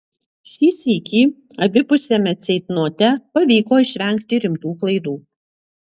šį sykį abipusiame ceitnote pavyko išvengti rimtų klaidų